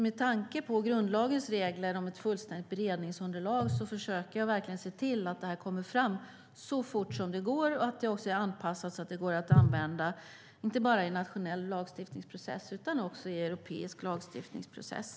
Med tanke på grundlagens regler om fullständigt beredningsunderlag försöker jag verkligen se till att förslaget kommer fram så fort som det går och att det också är anpassat så att det går att använda, inte bara i nationell utan också i europeisk lagstiftningsprocess.